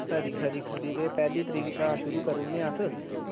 खरी खरी खरी ते पैह्ली तरीक शा शुरू करी ओड़नेआं अस